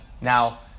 now